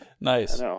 Nice